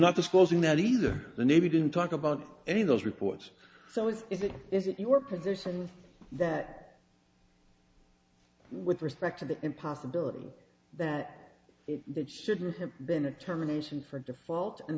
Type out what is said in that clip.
not disclosing that either the navy didn't talk about any of those reports so is it is it your position that with respect to the possibility that that shouldn't have been attorneys in for default and